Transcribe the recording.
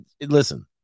Listen